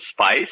spice